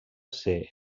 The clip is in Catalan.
ser